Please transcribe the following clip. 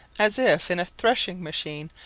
as if in a threshing machine,